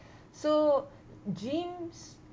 so gyms